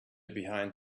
behind